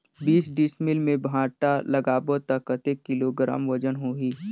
बीस डिसमिल मे भांटा लगाबो ता कतेक किलोग्राम वजन होही?